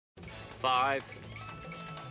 Five